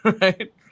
right